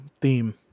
theme